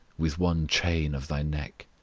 with one chain of thy neck.